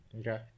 Okay